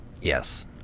Yes